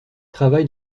travaille